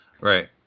Right